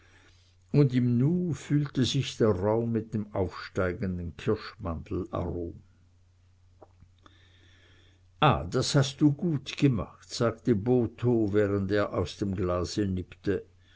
und im nu füllte sich der raum mit dem aufsteigenden kirschmandelarom ah das hast du gut gemacht sagte botho während er aus dem glase nippte